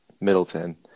Middleton